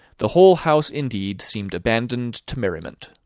the whole house, indeed, seemed abandoned to merriment.